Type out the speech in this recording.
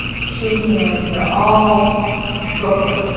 sheehan. they're all brooklyn.